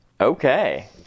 Okay